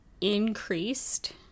increased